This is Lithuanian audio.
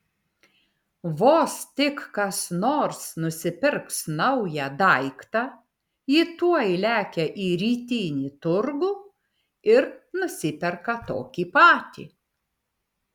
vos tik kas nors nusipirks naują daiktą ji tuoj lekia į rytinį turgų ir nusiperka tokį patį